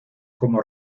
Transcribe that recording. como